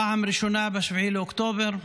פעם ראשונה ב-7 באוקטובר,